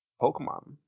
pokemon